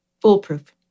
foolproof